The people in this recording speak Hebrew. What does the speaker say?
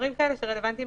דברים כאלה שרלוונטיים,